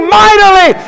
mightily